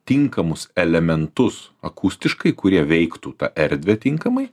tinkamus elementus akustiškai kurie veiktų tą erdvę tinkamai